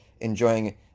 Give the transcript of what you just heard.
Enjoying